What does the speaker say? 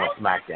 SmackDown